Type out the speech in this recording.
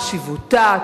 חשיבותה,